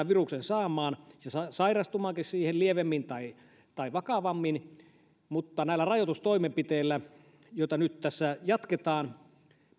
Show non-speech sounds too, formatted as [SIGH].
[UNINTELLIGIBLE] viruksen saamaan ja sairastumaankin siihen lievemmin tai tai vakavammin mutta näillä rajoitustoimenpiteillä joita nyt tässä jatketaan